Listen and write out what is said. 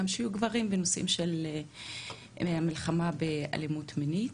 של גברים שיהיה לנו מלחמה באלימות מינית.